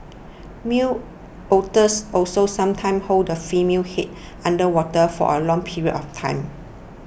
male otters also sometimes hold the female's head under water for a long period of time